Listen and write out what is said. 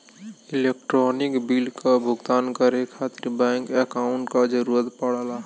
electronic bill क भुगतान करे खातिर बैंक अकांउट क जरूरत पड़ला